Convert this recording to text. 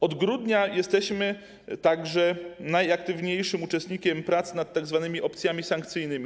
Od grudnia jesteśmy najaktywniejszym uczestnikiem prac nad tzw. opcjami sankcyjnymi.